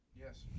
Yes